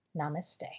Namaste